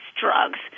drugs